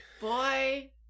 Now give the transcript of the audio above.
Boy